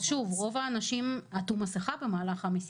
שוב, רוב האנשים עטו מסכה במהלך המסיבה.